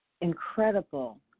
incredible